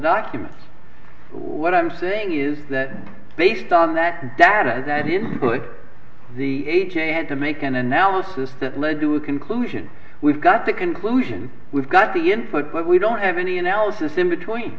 documents what i'm saying is that based on that data that i didn't put the had to make an analysis that led to a conclusion we've got the conclusion we've got the input but we don't have any analysis in between